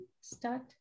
start